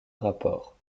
rapports